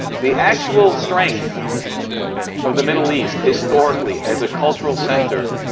the actual strength of the middle east, historically, as a cultural center,